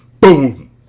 BOOM